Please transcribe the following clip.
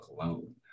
alone